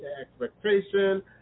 expectation